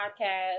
podcast